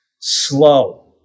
slow